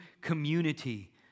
community